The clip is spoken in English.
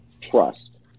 trust